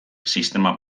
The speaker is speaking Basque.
sistema